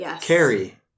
Carrie